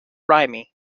rhymney